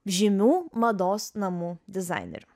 žymių mados namų dizaineriu